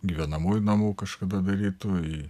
gyvenamųjų namų kažkada darytų